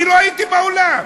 אני לא הייתי באולם.